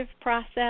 process